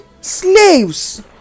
slaves